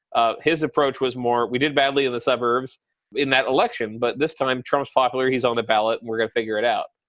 ah his approach was more we did badly in the suburbs in that election, but this time trump's popular, he's on the ballot. we're going to figure it out.